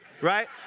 Right